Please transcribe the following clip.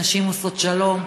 נשים עושות שלום,